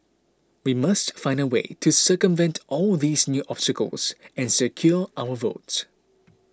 we must find a way to circumvent all these new obstacles and secure our votes